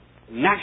national